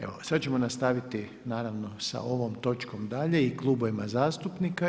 Evo, sada ćemo nastaviti naravno sa ovom točkom dalje i klubovima zastupnika.